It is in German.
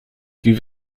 wie